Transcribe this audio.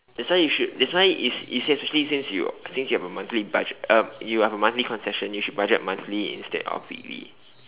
that's why you should that's why you you especially since you since you have a monthly budget uh you have a monthly concession you should budget monthly instead of weekly